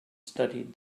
studied